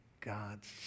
God's